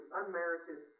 unmerited